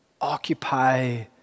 occupy